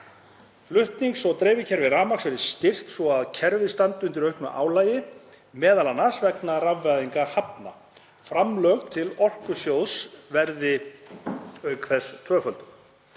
Flutnings- og dreifikerfi rafmagns verði styrkt svo að kerfið standi undir auknu álagi, meðal annars vegna rafvæðingar hafna. Framlög til Orkusjóðs verði auk þess tvöfölduð.